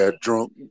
drunk